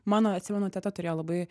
mano atsimenu teta turėjo labai